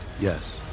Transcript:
Yes